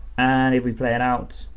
and if we play it out,